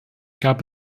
gab